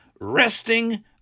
resting